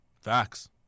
Facts